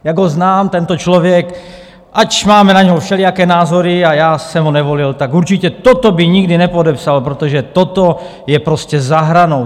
Jak ho znám, tento člověk, ač máme na něho všelijaké názory a já jsem ho nevolil, tak určitě toto by nikdy nepodepsal, protože toto je prostě za hranou.